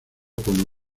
con